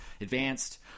advanced